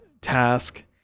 task